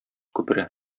күпере